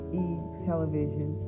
e-television